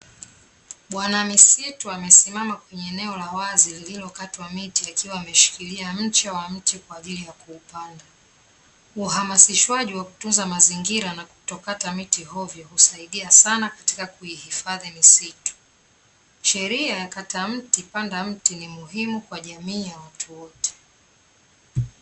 Bwana misitu amesimama kwenye eneo la wazi lililokatwa miti akiwa ameshikilia mche wa mti kwa ajili ya kuupanda. Uhamasishwaji wa kutunza mazingira na kutokata miti hovyo husaidia sana katika kuihifadhi misitu. Sheria ya kata mti panda mti ni muhimu kwa jamii ya watu wote.